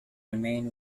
remain